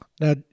Now